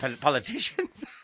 politicians